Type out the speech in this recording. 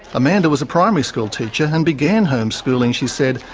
amanda was a primary school teacher and began homeschooling, she said,